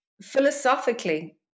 philosophically